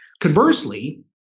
Conversely